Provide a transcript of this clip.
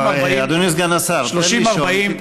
אדוני סגן השר, תן לו לשאול ותתייחס.